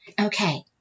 Okay